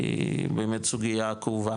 כי באמת סוגייה כאובה.